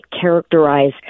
characterize